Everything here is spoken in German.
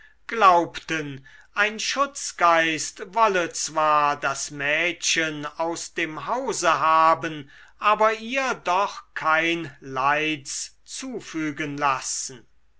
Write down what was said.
glaubten ein schutzgeist wolle zwar das mädchen aus dem hause haben aber ihr doch kein leids zufügen lassen